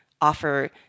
offer